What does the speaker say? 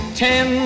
ten